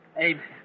Amen